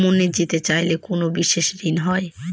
ভ্রমণে যেতে চাইলে কোনো বিশেষ ঋণ হয়?